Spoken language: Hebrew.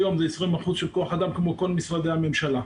כמו כל משרדי הממשלה.